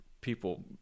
people